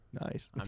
nice